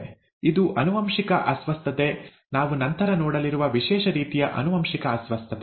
ಇದು ಆನುವಂಶಿಕ ಅಸ್ವಸ್ಥತೆ ನಾವು ನಂತರ ನೋಡಲಿರುವ ವಿಶೇಷ ರೀತಿಯ ಆನುವಂಶಿಕ ಅಸ್ವಸ್ಥತೆ